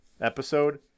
episode